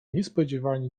niespodzianie